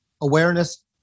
awareness